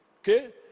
okay